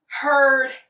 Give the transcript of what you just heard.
heard